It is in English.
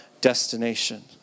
destination